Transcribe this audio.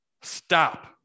Stop